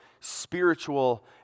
spiritual